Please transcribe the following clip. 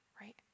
right